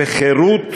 וחירות